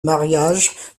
mariage